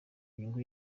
nyungu